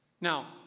Now